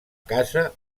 casa